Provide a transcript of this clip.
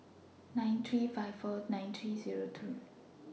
nine three five four nine three Zero two